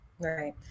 Right